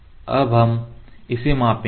अब हम इसे मापेंगे